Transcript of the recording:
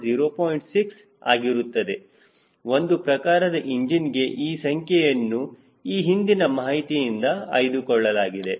6 ಆಗಿರುತ್ತದೆ ಒಂದು ಪ್ರಕಾರದ ಇಂಜಿನ್ ಗೆ ಈ ಸಂಖ್ಯೆಯನ್ನು ಈ ಹಿಂದಿನ ಮಾಹಿತಿಯಿಂದ ಆಯ್ದುಕೊಳ್ಳಲಾಗಿದೆ